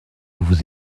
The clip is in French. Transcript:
vous